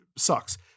Sucks